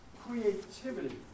creativity